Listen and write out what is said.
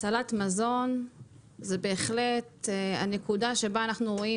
הצלת מזון זאת בהחלט הנקודה שבה אנחנו רואים